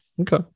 okay